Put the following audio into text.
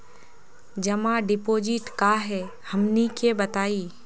जमा डिपोजिट का हे हमनी के बताई?